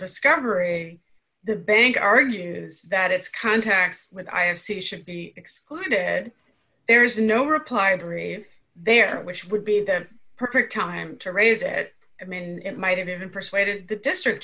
discovery the bank argues that its contacts with i have see should be excluded and there is no reply read there which would be the perfect time to raise it i mean and might have even persuaded the district